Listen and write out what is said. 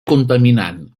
contaminant